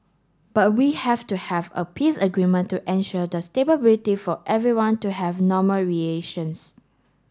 but we have to have a peace agreement to assure the stability for everyone to have normal relations